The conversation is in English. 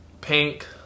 pink